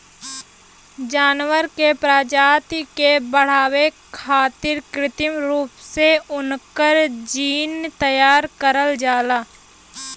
जानवर के प्रजाति के बढ़ावे खारित कृत्रिम रूप से उनकर जीन तैयार करल जाला